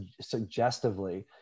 suggestively